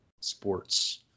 sports